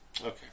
Okay